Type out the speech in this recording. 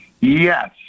yes